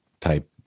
type